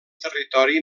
territori